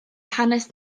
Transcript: hanes